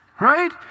right